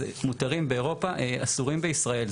אז מותרים באירופה, אסורים בישראל.